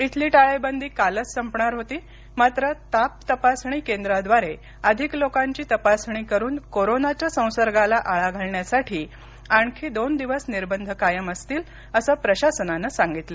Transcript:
इथली टाळेबंदी कालच संपणार होती मात्र ताप तपासणी केंद्रांद्वारे अधिक लोकांची तपासणी करून कोरोनाच्या संसर्गाला आळा घालण्यासाठी आणखी दोन दिवस निर्बंध कायम असतील असं प्रशासनानं सांगितलं